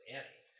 Annie